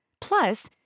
Plus